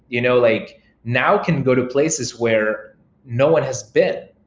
you know like now can go to places where no one has been,